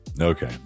Okay